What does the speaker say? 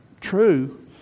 true